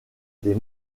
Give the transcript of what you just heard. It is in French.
des